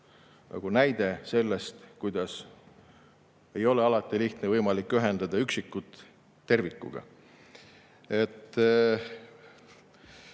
näide sellest, kuidas ei ole alati lihtne ega võimalik ühendada üksikut tervikuga.